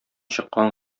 чыккан